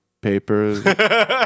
papers